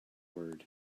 word